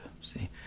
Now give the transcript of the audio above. see